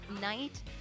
night